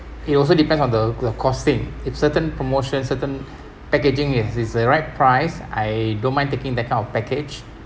it also depends on the the costing if certain promotions certain packaging is is the right price I don't mind taking that kind of package